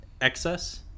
excess